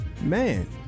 man